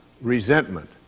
resentment